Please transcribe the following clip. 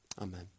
Amen